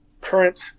current